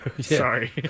Sorry